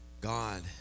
God